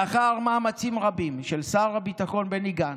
לאחר מאמצים רבים של שר הביטחון בני גנץ,